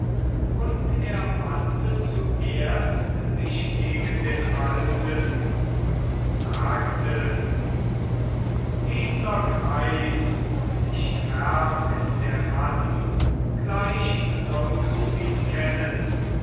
und er wandte zuerst sich gegen den alten und sagte edler greis nicht fern ist der mann gleich sollst du ihn kennen